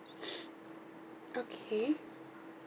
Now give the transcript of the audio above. okay